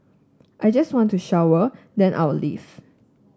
I just want to shower then I'll leave